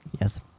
Yes